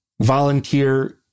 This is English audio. volunteer